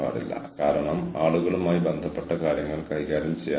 അതിനാൽ നിങ്ങൾക്ക് ഈ വ്യത്യസ്ത ടെൻഷനുകളെ തരംതിരിക്കാം കമ്പാർട്ട്മെന്റലൈസ് ചെയ്യാം